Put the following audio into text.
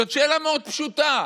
זאת שאלה מאוד פשוטה.